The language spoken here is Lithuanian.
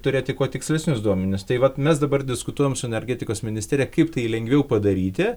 turėti kuo tikslesnius duomenis tai vat mes dabar diskutuojam su energetikos ministerija kaip tai lengviau padaryti